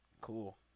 cool